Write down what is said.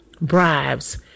bribes